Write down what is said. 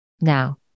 Now